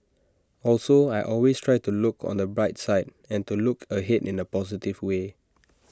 also I always try to look on the bright side and to look ahead in A positive way